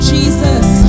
Jesus